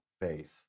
faith